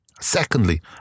Secondly